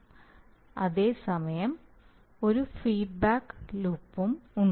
എന്നാൽ അതേ സമയം ഒരു ഫീഡ്ബാക്ക് ലൂപ്പും ഉണ്ട്